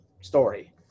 story